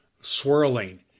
swirling